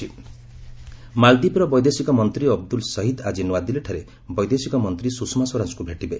India ମାଳଦୀପ ମାଳଦୀପର ବୈଦେଶିକ ମନ୍ତ୍ରୀ ଅବଦୁଲ୍ଲା ସହିଦ୍ ଆଜି ନୂଆଦିଲ୍ଲୀଠାରେ ବୈଦେଶିକମନ୍ତ୍ରୀ ସୁଷମା ସ୍ୱରାଜଙ୍କୁ ଭେଟିବେ